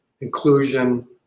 inclusion